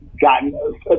gotten